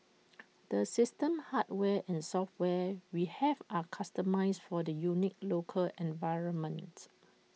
the system hardware and software we have are customised for the unique local environment